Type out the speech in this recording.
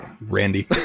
Randy